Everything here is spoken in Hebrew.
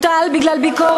אני מקשיב לך יותר ממה